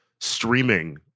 streaming